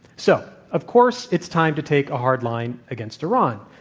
so, of course it's time to take a hard line against iran.